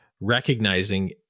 recognizing